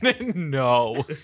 No